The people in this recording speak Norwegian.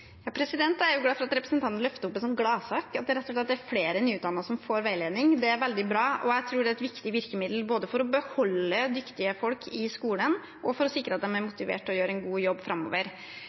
Jeg er glad for at representanten løfter opp en gladsak, at det rett og slett er flere nyutdannede som får veiledning. Det er veldig bra, og jeg tror det er et viktig virkemiddel både for å beholde dyktige folk i skolen og for å sikre at de er motivert til å gjøre en god jobb framover.